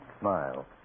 smile